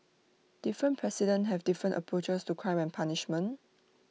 different presidents have different approaches to crime and punishment